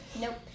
Nope